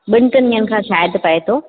ॿिनि टिनि ॾींहंनि खां शायदि पए थो